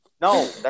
No